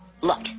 Look